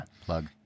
plug